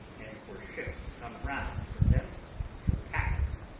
and for ships to come round from thence to attack us.